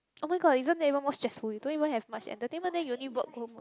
oh-my-god isn't that even more stressful you don't even have much entertainment then you only work home